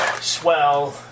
swell